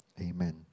Amen